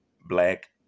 Black